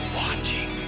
watching